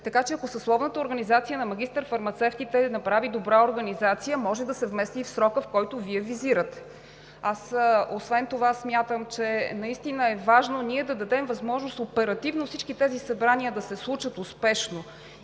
Така че, ако съсловната организация на магистър-фармацевтите направи добра организация, може да се вмести и в срока, който Вие визирате. Освен това смятам, че е важно да дадем възможност оперативно всички тези събрания да се случат успешно.